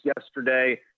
yesterday